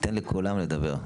ניתן לכולם לדבר.